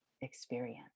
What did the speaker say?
experience